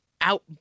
out